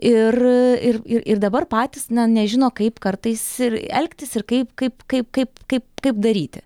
ir ir ir ir dabar patys na nežino kaip kartais ir elgtis ir kaip kaip kaip kaip kaip kaip daryti